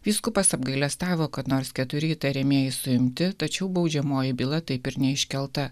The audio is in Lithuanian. vyskupas apgailestavo kad nors keturi įtariamieji suimti tačiau baudžiamoji byla taip ir neiškelta